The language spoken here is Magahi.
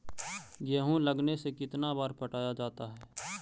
गेहूं लगने से कितना बार पटाया जाता है?